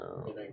Okay